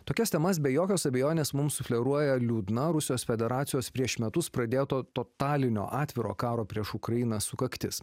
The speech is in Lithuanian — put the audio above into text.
tokias temas be jokios abejonės mums sufleruoja liūdna rusijos federacijos prieš metus pradėto totalinio atviro karo prieš ukrainą sukaktis